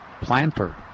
planter